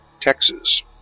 Texas